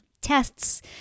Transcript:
tests